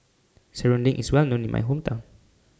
Serunding IS Well known in My Hometown